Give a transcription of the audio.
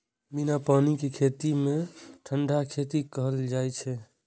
बिना पानि के खेती कें ठंढा खेती कहल जाइ छै